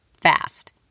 Fast